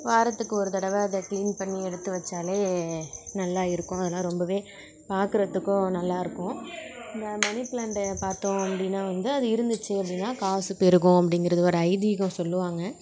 வாரத்துக்கு ஒரு தடவை அதை கிளீன் பண்ணி எடுத்து வச்சாலே நல்லா இருக்கும் அதெல்லாம் ரொம்பவே பார்க்கறதுக்கும் நல்லா இருக்கும் இந்த மணி பிளாண்ட பார்த்தோம் அப்படின்னா வந்து அது இருந்துச்சி அப்படின்னா காசு பெருகும் அப்படிங்கிறது ஒரு ஐதீகம் சொல்லுவாங்க